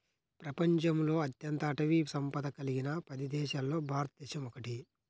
ప్రపంచంలో అత్యంత అటవీ సంపద కలిగిన పది దేశాలలో భారతదేశం ఒకటి